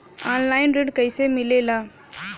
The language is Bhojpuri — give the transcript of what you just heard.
ऑनलाइन ऋण कैसे मिले ला?